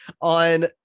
on